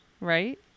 right